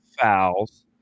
fouls